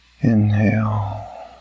Inhale